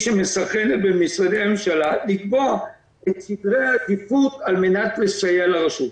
שמסנכרנת בין משרדי הממשלה לקבוע את סדרי העדיפות על מנת לסייע לרשות.